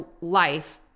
life